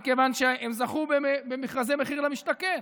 מכיוון שהם זכו במכרזי מחיר למשתכן.